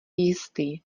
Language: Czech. jistý